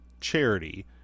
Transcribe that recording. charity